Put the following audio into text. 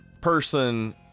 person